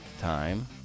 time